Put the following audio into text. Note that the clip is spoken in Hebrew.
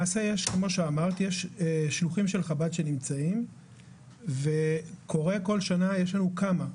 יש שלוחים של חב"ד שנמצאים בעולם וכל שנה יש כמה,